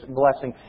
blessing